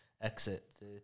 Exit